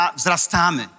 wzrastamy